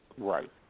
right